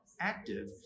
active